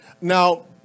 Now